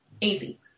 easy